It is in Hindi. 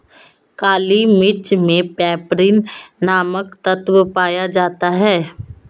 काली मिर्च मे पैपरीन नामक तत्व पाया जाता है